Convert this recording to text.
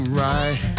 right